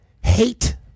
hate